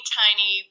tiny